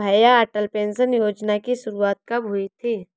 भैया अटल पेंशन योजना की शुरुआत कब हुई थी?